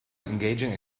engaging